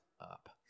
up